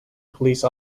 police